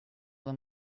them